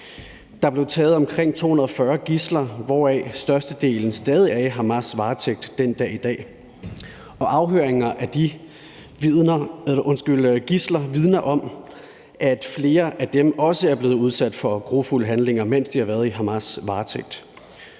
her. Der blev taget omkring 240 gidsler, hvoraf størstedelen stadig er i Hamas' varetægt den dag i dag, og afhøringer af de gidsler vidner om, at flere af dem også er blevet udsat for grufulde handlinger, mens de har været i Hamas varetægt.